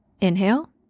Inhale